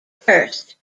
first